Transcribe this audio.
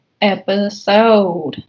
episode